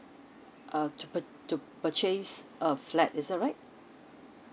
uh to pur~ to purchase a flat is that right